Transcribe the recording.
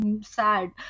sad